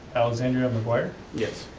alexandra maquire. yes.